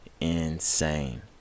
insane